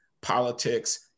politics